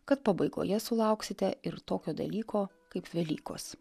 kad pabaigoje sulauksite ir tokio dalyko kaip velykos